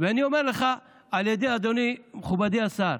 ואני אומר לך, אדוני מכובדי השר,